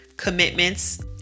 commitments